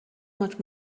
much